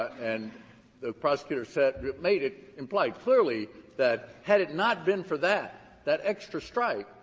and the prosecutors said made it implied clearly that had it not been for that, that extra strike,